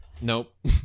Nope